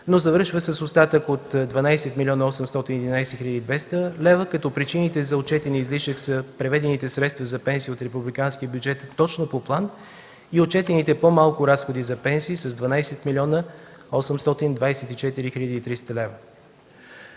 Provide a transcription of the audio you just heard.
но завършва с остатък от 12 млн. и 811 хил. и 200 лева, като причините за отчетения излишък са преведените средства за пенсии от републиканския бюджет точно по план и отчетените по-малко разходи за пенсии с 12 млн. 824 хил.